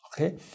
Okay